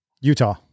Utah